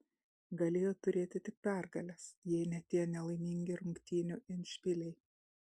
galėjo turėti tik pergales jei ne tie nelaimingi rungtynių endšpiliai